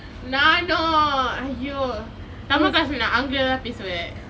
நானும்:naanum !aiyo! tamil class லே நான் ஆங்கிலம் தான் பேசுவேன்:le naan aangilam thaan pesuven